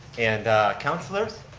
and councilors.